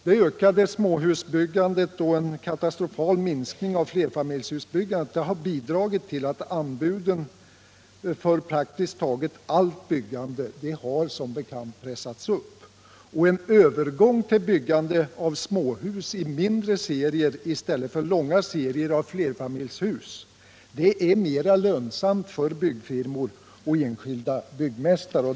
Det ökade småhusbyggandet och en katastrofal minskning av flerfamiljshusbyggandet har bidragit till att anbuden för praktiskt taget allt byggande har pressats upp. En övergång till byggande av småhus i mindre serier i stället för långa serier av flerfamiljshus är mer lönsam för byggnadsfirmor och enskilda byggmästare.